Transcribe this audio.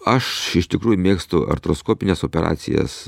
aš iš tikrųjų mėgstu artroskopines operacijas